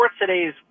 today's